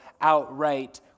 outright